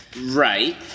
Right